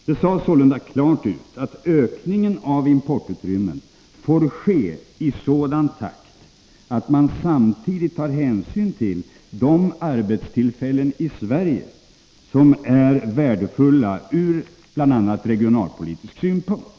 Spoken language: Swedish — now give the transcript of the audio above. Det sades sålunda klart ut att ökningen av importutrymmet får ske i sådan takt att man samtidigt tar hänsyn till de arbetstillfällen i Sverige som är värdefulla ur bl.a. regionalpolitisk synpunkt.